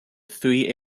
three